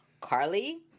Carly